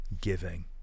giving